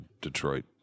Detroit